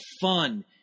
fun